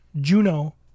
Juno